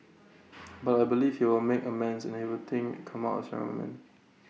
but I believe he will make amends and I think come out A stronger man